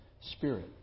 spirit